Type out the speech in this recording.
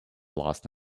lost